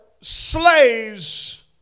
slaves